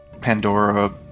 Pandora